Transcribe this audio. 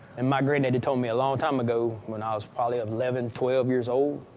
and my granddaddy told me a long time ago, when i was probably eleven, twelve years old,